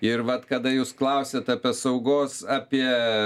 ir vat kada jūs klausiat apie saugos apie